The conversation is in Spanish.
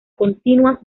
continuas